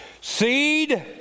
Seed